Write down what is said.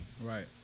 Right